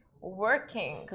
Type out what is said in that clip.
working